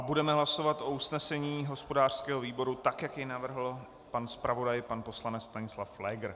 Budeme hlasovat o usnesení hospodářského výboru, tak jak jej navrhl pan zpravodaj poslanec Stanislav Pfléger.